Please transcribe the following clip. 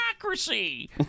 democracy